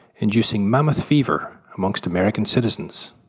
inducing mammoth fever amongst american citizens.